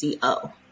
CO